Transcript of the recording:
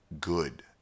good